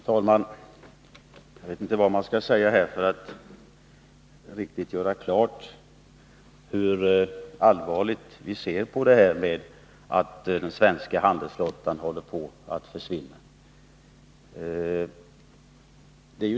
Herr talman! Jag vet inte vad man skall säga för att göra riktigt klart hur allvarligt vi ser på detta med att den svenska handelsflottan håller på att försvinna.